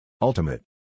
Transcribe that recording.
Ultimate